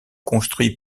construits